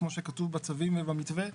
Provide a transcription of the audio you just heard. כמו שכתוב בצווים ובמתווה,